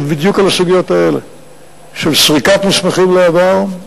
בדיוק על הסוגיות האלה של סריקת מסמכים לעבר,